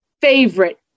favorite